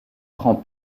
prend